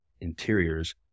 interiors